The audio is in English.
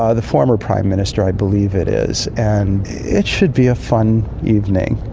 ah the former prime minister i believe it is. and it should be a fun evening.